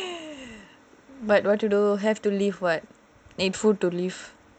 but what to do have to live [what] need food to live